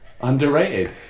underrated